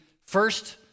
first